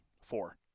Four